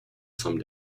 some